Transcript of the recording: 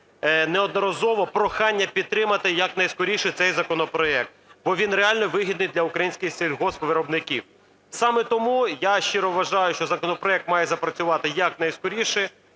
неодноразово прохання підтримати якнайскоріше цей законопроект, бо він реально вигідний для українських сільгоспвиробників. Саме тому я щиро вважаю, що законопроект має запрацювати якнайскоріше,